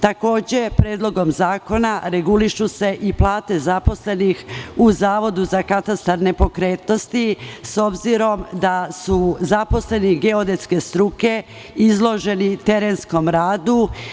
Takođe, Predlogom zakona regulišu se i plate zaposlenih u Zavodu za katastar nepokretnosti, s obzirom da su zaposleni geodetske struke izloženi terenskom radu.